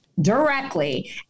directly